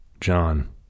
John